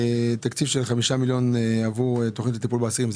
תקציב של 5 מיליון ש"ח עבור תוכנית לטיפול באסירים.